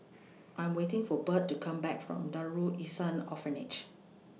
I'm waiting For Budd to Come Back from Darul Ihsan Orphanage